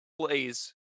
plays